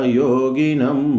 yoginam